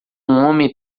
homem